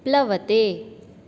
प्लवते